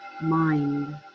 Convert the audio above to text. mind